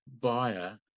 buyer